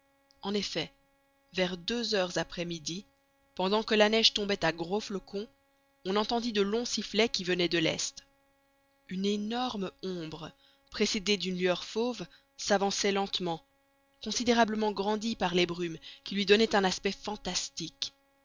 en effet vers deux heures après midi pendant que la neige tombait à gros flocons on entendit de longs sifflets qui venaient de l'est une énorme ombre précédée d'une lueur fauve s'avançait lentement considérablement grandie par les brumes qui lui donnaient un aspect fantastique